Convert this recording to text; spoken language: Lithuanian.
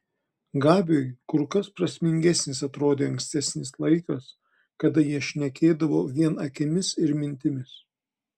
gabiui kur kas prasmingesnis atrodė ankstesnis laikas kada jie šnekėdavo vien akimis ir mintimis